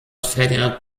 ferdinand